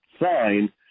sign